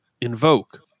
Invoke